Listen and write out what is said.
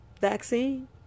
vaccine